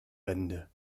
wände